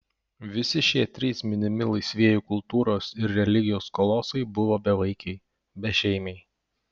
visi šie trys minimi laisvieji kultūros ir religijos kolosai buvo bevaikiai bešeimiai